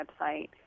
website—